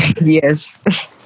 Yes